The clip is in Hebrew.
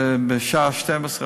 בשעה 12:00,